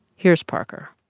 here's parker